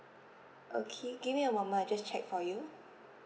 okay give me a moment I just check for you